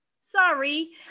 sorry